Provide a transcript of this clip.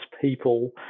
people